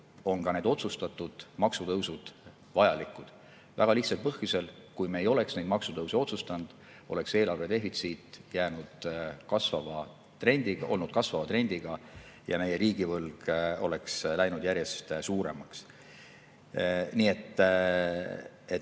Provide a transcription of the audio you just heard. on ka need otsustatud maksutõusud vajalikud väga lihtsal põhjusel: kui me ei oleks neid maksutõuse otsustanud, oleks eelarvedefitsiit olnud kasvava trendiga ja meie riigivõlg oleks läinud järjest suuremaks. Nii et